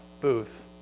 booth